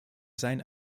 sein